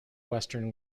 western